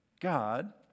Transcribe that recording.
God